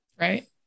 Right